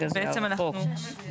במקום "אם מצא", "בלא שהציג בכתב", זה